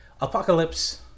Apocalypse